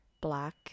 black